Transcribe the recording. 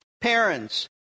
parents